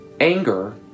Anger